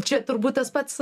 čia turbūt tas pats